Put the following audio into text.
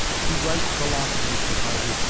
he writes philosophy, said harvey,